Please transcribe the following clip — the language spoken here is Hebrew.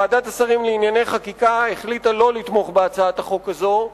ועדת השרים לענייני חקיקה החליטה לא לתמוך בהצעת החוק הזאת.